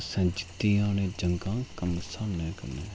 असैं जित्तियां न जंगा घमसानै कन्नै